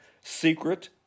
secret